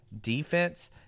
defense